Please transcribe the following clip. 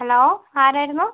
hello ആരായിരുന്നു